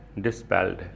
dispelled